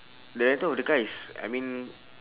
the rental of the car is I mean